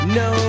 no